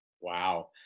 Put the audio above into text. Wow